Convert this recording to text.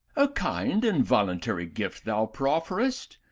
a kind and voluntary gift thou proferest,